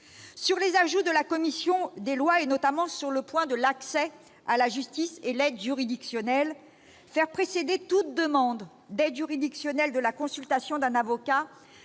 Sur les ajouts de la commission des lois, et notamment sur le point de l'accès à la justice, faire précéder toute demande d'aide juridictionnelle de la consultation d'un avocat